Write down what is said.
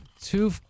two